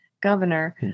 governor